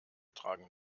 tragen